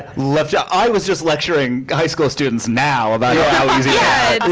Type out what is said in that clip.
left out. i was just lecturing high school students now about how easy yeah